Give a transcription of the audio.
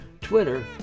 Twitter